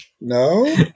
No